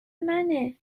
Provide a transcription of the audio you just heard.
منه